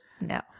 No